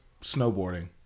snowboarding